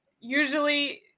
usually